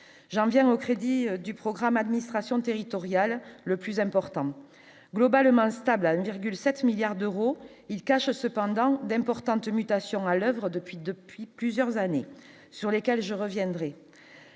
Jean-Pierre au crédit du programme administration territoriale, le plus important, globalement stable à une virgule 7 milliards d'euros, il cache cependant d'importantes mutations à l'oeuvre depuis depuis plusieurs années, sur lesquelles je reviendrai